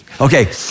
Okay